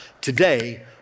today